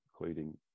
including